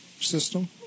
system